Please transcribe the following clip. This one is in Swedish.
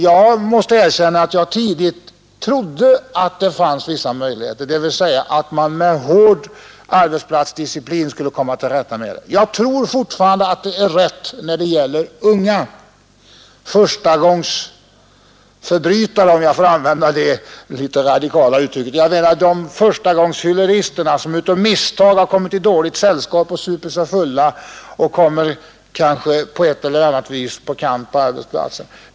Jag trodde länge att det fanns vissa möjligheter att med hårdhänt arbetsplatsdisciplin komma till rätta med det. Jag tror fortfarande att detta är rätt när det gäller unga ”förstagångsförbrytare”, om jag får använda det litet radikala uttrycket. Jag menar då förstagångsfylleristerna som av misstag har kommit i dåligt sällskap och supit sig fulla och på ett eller annat sätt kommer på kant med arbetsplatsen.